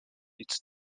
liszt